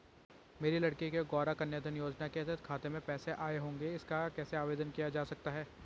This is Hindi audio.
मेरी लड़की के गौंरा कन्याधन योजना के तहत खाते में पैसे आए होंगे इसका कैसे आवेदन किया जा सकता है?